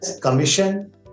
commission